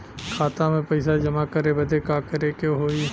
खाता मे पैसा जमा करे बदे का करे के होई?